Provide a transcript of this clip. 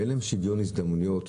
ואין להם שוויון הזדמנויות.